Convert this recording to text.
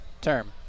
term